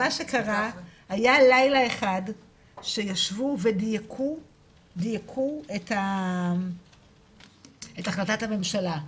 מה שקרה, שלילה אחד שישבו ודייקו את החלטת הממשלה.